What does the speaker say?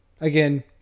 again